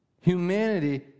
Humanity